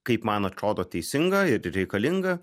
kaip man atrodo teisinga ir reikalinga